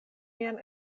mian